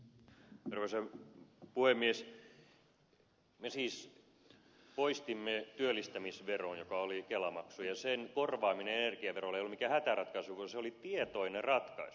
me siis poistimme työllistämisveron joka oli kela maksu ja sen korvaaminen energiaverolla ei ollut mikään hätäratkaisu vaan se oli tietoinen ratkaisu